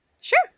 Sure